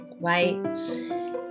right